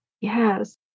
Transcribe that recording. Yes